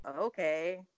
okay